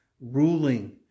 Ruling